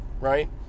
right